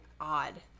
odd